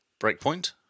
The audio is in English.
Breakpoint